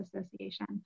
Association